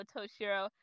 Toshiro